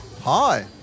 Hi